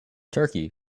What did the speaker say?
turkey